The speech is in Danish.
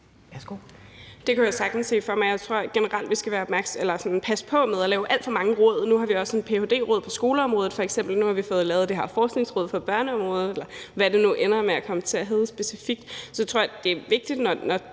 (SF): Det kunne jeg sagtens se for mig. Jeg tror generelt, vi skal sådan passe på med at lave alt for mange råd. Nu har vi også et ph.d.-råd på skoleområdet f.eks., og vi har fået lavet det her forskningsråd for børneområdet, eller hvad det nu ender med at komme til at hedde specifikt. Så jeg tror, det er vigtigt, når